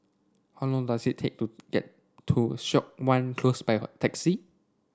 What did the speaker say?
how long does it take to get to Siok Wan Close by taxi